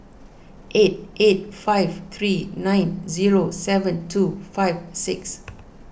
eight eight five three nine zero seven two five six